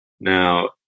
Now